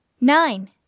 Nine